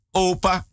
opa